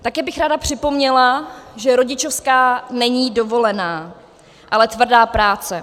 Také bych ráda připomněla, že rodičovská není dovolená, ale tvrdá práce.